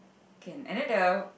can and then the